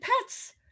pets